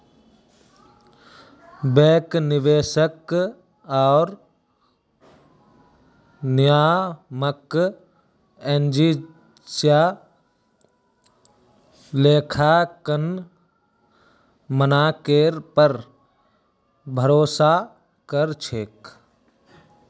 bank, निवेशक आर नियामक एजेंसियां लेखांकन मानकेर पर भरोसा कर छेक